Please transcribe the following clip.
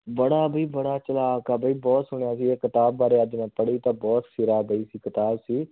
ਬੜਾ ਬਈ ਬੜਾ ਚਲਾਕ ਆ ਬਈ ਬਹੁਤ ਸੁਣਿਆ ਸੀ ਇਹ ਕਿਤਾਬ ਬਾਰੇ ਅੱਜ ਮੈਂ ਪੜ੍ਹੀ ਤਾਂ ਬਹੁਤ ਸਿਰਾ ਗਈ ਸੀ ਕਿਤਾਬ ਸੀ